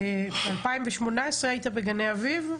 ב-2018 היית בגני אביב?